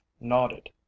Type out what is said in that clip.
nodded